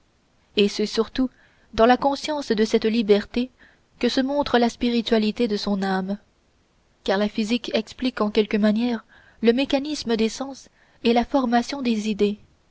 et c'est surtout dans la conscience de cette liberté que se montre la spiritualité de son âme car la physique explique en quelque manière le mécanisme des sens et la formation des idées